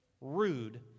rude